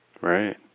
right